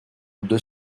deux